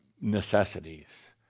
necessities